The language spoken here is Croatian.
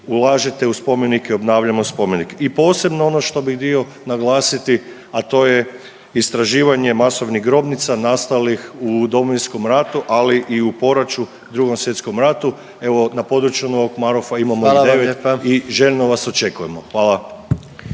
ulažete u spomenike, obnavljamo spomenike. I posebno ono što bih htio naglasiti, a to je istraživanje masovnih grobnica nastalih u Domovinskom ratu, ali i u poračju Drugom svjetskom ratu, evo na području Novog Marofa imamo … …/Upadica predsjednik: Hvala